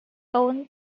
own